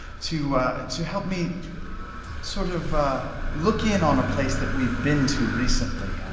to to help me sort of look in on a place that we've been to recently.